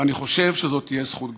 ואני חושב שזאת תהיה זכות גדולה.